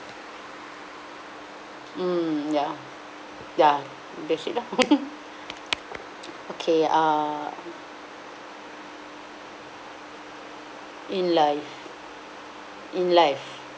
mm ya ya that's it lah okay uh in life in life